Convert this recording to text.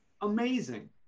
amazing